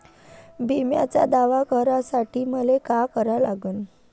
बिम्याचा दावा करा साठी मले का करा लागन?